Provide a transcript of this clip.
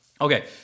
Okay